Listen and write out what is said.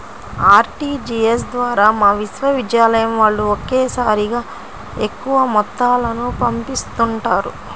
RTGS ద్వారా మా విశ్వవిద్యాలయం వాళ్ళు ఒకేసారిగా ఎక్కువ మొత్తాలను పంపిస్తుంటారు